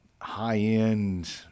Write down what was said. high-end